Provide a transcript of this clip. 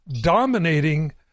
dominating